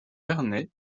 vernet